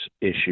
issue